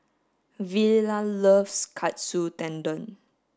Villa loves Katsu Tendon